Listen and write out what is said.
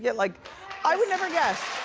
yeah like i would never guess.